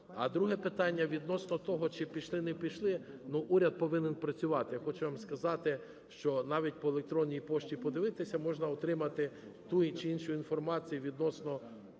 А друге питання відносно того, чи пішли - не пішли, но уряд повинен працювати. Хочу вам сказати, що навіть по електронній пошті подивитися, можна отримати ту чи іншу інформацію відносно